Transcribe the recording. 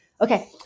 Okay